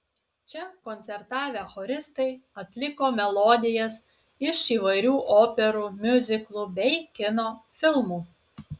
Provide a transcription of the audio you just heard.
čia koncertavę choristai atliko melodijas iš įvairių operų miuziklų bei kino filmų